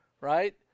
right